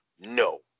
no